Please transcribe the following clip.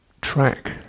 track